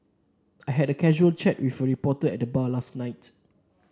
I had a casual chat with a reporter at the bar last night